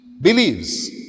believes